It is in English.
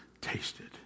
tasted